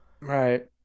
Right